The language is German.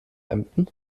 emden